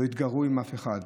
לא התגרו באף אחד.